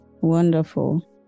Wonderful